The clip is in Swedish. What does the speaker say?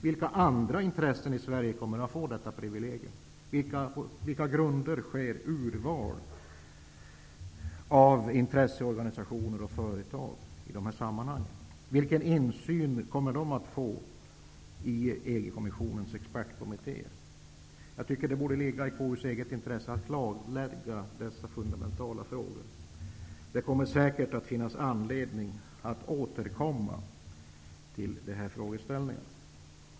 Vilka andra intressen kommer att få detta privilegium? På vilka grunder sker urval av intresseorganisationer och företag i dessa sammanhang? Vilken insyn kommer de att få i EG kommissionens expertkommitté? Jag tycker det borde ligga i konstitutionsutskottets eget intresse att klarlägga dessa fundamentala frågor. Man får säkert anledning att återkomma till dessa frågeställningar.